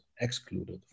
excluded